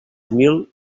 mil